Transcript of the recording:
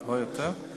לא יותר?